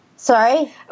Sorry